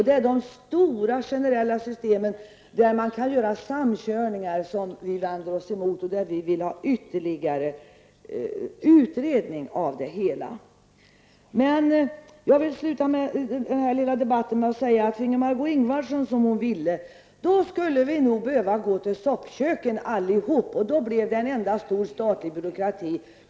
Det är de stora generella systemen, där man kan göra samkörningar, som vi vänder oss emot och som vi vill ha ytterligare utredning av. Jag vill sluta den här lilla debatten med att säga att finge Margó Ingvardsson som hon ville skulle vi behöva gå till soppköken allihop. Då blev det en enda stor statlig byråkrati.